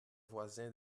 voisin